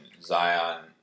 Zion